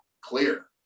clear